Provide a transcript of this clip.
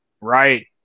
right